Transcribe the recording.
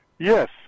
Yes